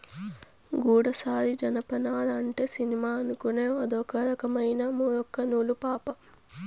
గూడసారి జనపనార అంటే సినిమా అనుకునేవ్ అదొక రకమైన మూరొక్క నూలు పాపా